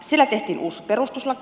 siellä tehtiin uusi perustuslaki